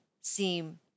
seem